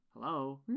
Hello